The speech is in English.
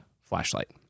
flashlight